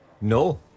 No